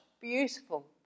beautiful